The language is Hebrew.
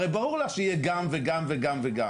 הרי ברור לך שיהיה גם וגם וגם.